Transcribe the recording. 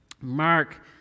Mark